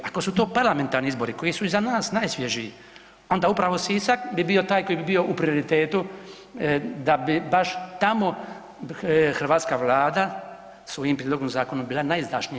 Ako su to parlamentarni izbori koji su iza nas najsvježiji onda upravo Sisak bi bio taj koji bi bio u prioritetu da bi baš tamo hrvatska Vlada s ovim prijedlogom zakona bila najizdašnija.